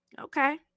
okay